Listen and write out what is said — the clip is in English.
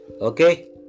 Okay